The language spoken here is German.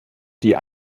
die